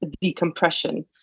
decompression